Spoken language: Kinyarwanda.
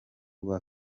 rwa